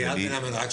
אני אתן דוגמא.